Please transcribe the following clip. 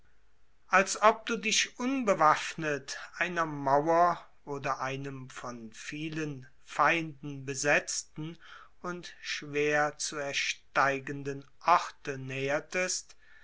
als ob du dich unbewaffnet einer mauer oder einem von vielen feinen besetzten und schwer zu ersteigenden orte